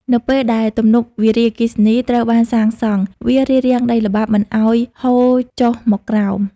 នៅពេលដែលទំនប់វារីអគ្គិសនីត្រូវបានសាងសង់ វារារាំងដីល្បាប់មិនឲ្យហូរចុះមកក្រោម។